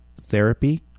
therapy